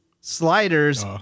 sliders